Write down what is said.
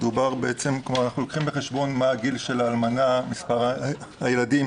אנחנו לוקחים בחשבון מה הגיל של האלמנה ומספר הילדים,